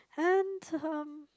and then